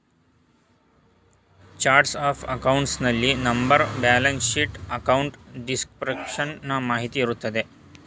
chart of accounts ನಲ್ಲಿ number, balance sheet, account description ನ ಮಾಹಿತಿ ಇರುತ್ತದೆ